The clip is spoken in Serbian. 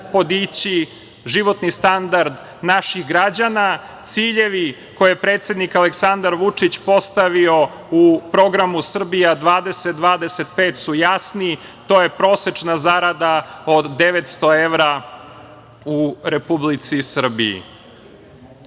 podići životni standard naših građana. Ciljevi koje predsednik Aleksandar Vučić, postavio u programu Srbija 20-25 su jasni. To je prosečna zarada od 900 evra u Republici Srbiji. Prvi